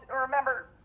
Remember